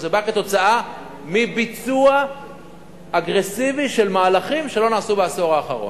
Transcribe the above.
זה בא כתוצאה מביצוע אגרסיבי של מהלכים שלא נעשו בעשור האחרון.